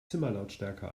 zimmerlautstärke